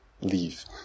leave